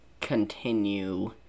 continue